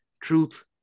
truth